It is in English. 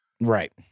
Right